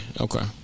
okay